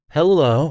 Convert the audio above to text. Hello।